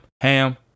Ham